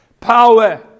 Power